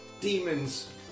demons